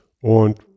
Und